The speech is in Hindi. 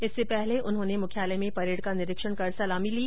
इससे पहले उन्होंने मुख्यालय में परेड का निरीक्षण कर सलामी ली